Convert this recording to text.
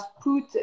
put